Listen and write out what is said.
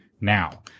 now